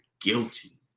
guilty